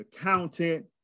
accountant